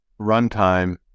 runtime